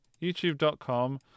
YouTube.com